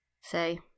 say